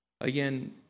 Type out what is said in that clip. Again